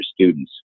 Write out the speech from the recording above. students